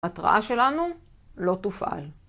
התראה שלנו לא תופעל